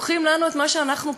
לוקחים לנו את מה שאנחנו קיבלנו.